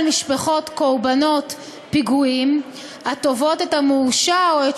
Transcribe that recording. משפחות קורבנות פיגועים התובעות את המורשע או את